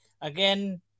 again